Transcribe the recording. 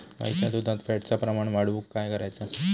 गाईच्या दुधात फॅटचा प्रमाण वाढवुक काय करायचा?